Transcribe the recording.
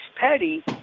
Petty